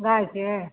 गायके